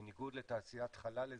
בניגוד לתעשיית חלל אזרחית,